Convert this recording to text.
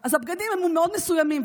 אז הבגדים הם מאוד מסוימים,